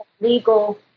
legal